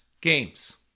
games